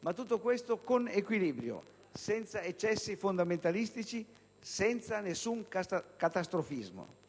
Ma tutto questo con equilibrio, senza eccessi fondamentalistici, senza alcun catastrofismo.